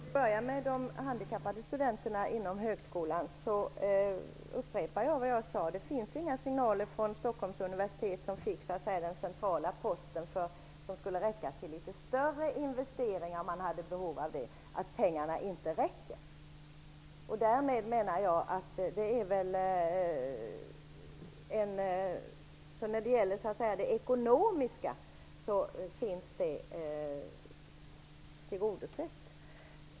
Fru talman! För att börja tala om de handikappade studenterna inom högskolan upprepar jag det jag tidigare sade. Det finns inga signaler från Stockholms universitet, som fick den centrala posten som skulle räcka till eventuellt större investeringar, att pengarna inte räcker. Behovet vad gäller den ekonomiska delen är tillgodosett.